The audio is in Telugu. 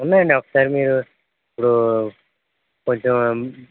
ఉన్నాయండి ఒక సారి మీరు ఇప్పుడు కొంచం